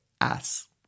ass